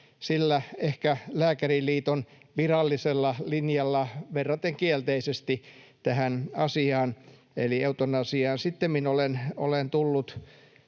sillä ehkä Lääkäriliiton virallisella linjalla, verraten kielteisesti, tähän asiaan eli eutanasiaan. Sittemmin olen tullut,